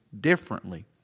differently